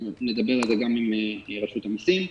שנדבר על זה גם עם רשות המיסים.